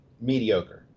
mediocre